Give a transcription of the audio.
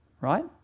right